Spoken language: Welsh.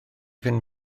fynd